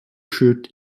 shirt